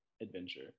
adventure